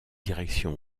direction